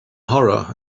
horror